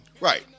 Right